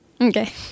okay